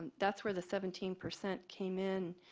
that's where the seventeen percent came in.